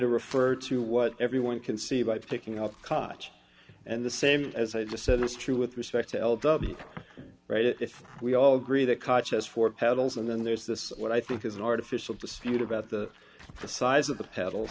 to refer to what everyone can see by picking out cotch and the same as i just said that's true with respect to the right if we all agree that cotch as for pedals and then there's this what i think is an artificial dispute about the size of the pedal